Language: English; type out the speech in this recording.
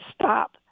stop